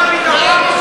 אמרו לאבא שלך,